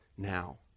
now